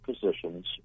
positions